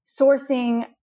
sourcing